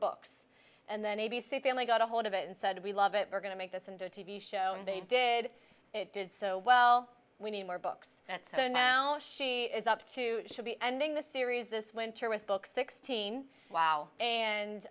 books and then a b c family got a hold of it and said we love it we're going to make this into a t v show and they did it did so well we need more books that so now she is up to be ending the series this winter with book sixteen wow and